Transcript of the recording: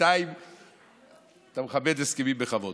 ובינתיים אתה מכבד הסכמים בכבוד.